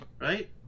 Right